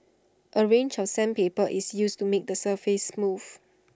A range of sandpaper is used to make the surface smooth